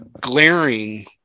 glaring